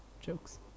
Jokes